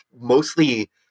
mostly